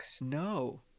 No